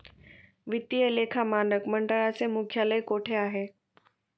वित्तीय लेखा मानक मंडळाचे मुख्यालय कोठे आहे?